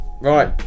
Right